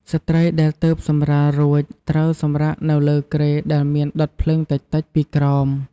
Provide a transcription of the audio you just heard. ស្ត្រីដែលទើបសម្រាលរួច ត្រូវសម្រាកនៅលើគ្រែដែលមានដុតភ្លើងតិចៗពីក្រោម។